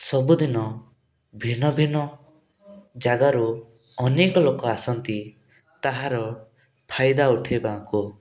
ସବୁଦିନ ଭିନ୍ନ ଭିନ୍ନ ଜାଗାରୁ ଅନେକ ଲୋକ ଆସନ୍ତି ତାହାର ଫାଇଦା ଉଠାଇବାକୁ